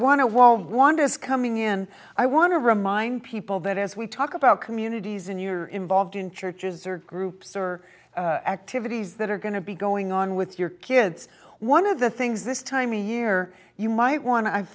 want to wald wanda's coming in i want to remind people that as we talk about communities and you're involved in churches or groups or activities that are going to be going on with your kids one of the things this time of year you might wan